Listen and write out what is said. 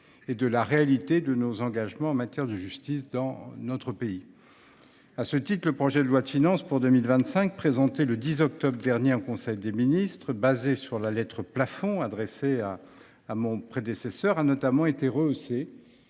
et de la réalité de nos engagements en matière de justice dans notre pays. Cela ne va pas durer ! À ce titre, le projet de loi de finances pour 2025 présenté le 10 octobre dernier en conseil des ministres, fondé sur la lettre plafond adressée à mon prédécesseur, a notamment été rehaussé